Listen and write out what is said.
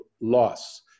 loss